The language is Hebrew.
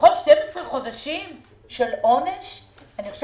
12 חודשי עונש?